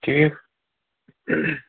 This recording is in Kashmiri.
ٹھیٖک